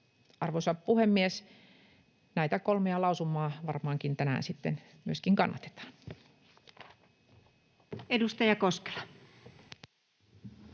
Arvoisa puhemies! Näitä kolmea lausumaa varmaankin tänään myöskin kannatetaan. [Speech